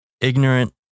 ignorant